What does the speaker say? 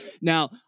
Now